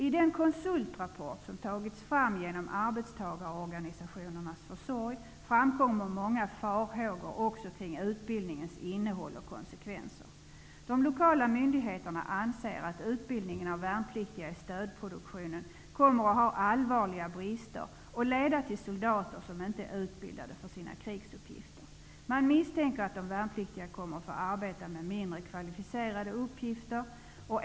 I den konsultrapport som tagits fram genom arbetstagarorganisationernas försorg framkommer också många farhågor kring utbildningens innehåll och konsekvenser. De lokala myndigheterna anser att utbildningen av värnpliktiga i stödproduktionen kommer att ha allvarliga brister och leda till soldater som inte är utbildade för sina krigsuppgifter. Man misstänker att de värnpliktiga kommer att få arbeta med mindre kvalificerade uppgifter.